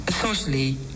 socially